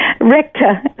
rector